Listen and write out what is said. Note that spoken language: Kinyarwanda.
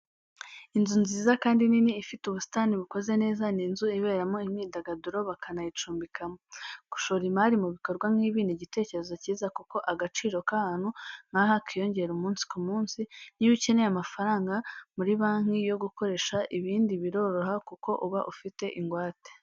Inzu nziza kandi nini, ifite ubusitani bukoze neza, ni inzu iberamo imyidagaduro bakana yicumbika mo. Gushora imari mu bikorwa nk'ibi ni igitekerezo kiza kuko agaciro k'ahantu nk'aha kiyongera umunsi ku munsi, niyo ukeneye amafaranga muri banki yo gukoresha ibindi biroroha kuko uba ufite ingwate.